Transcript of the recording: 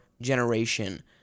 generation